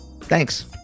Thanks